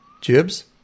Jibs